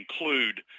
include